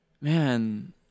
man